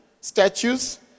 statues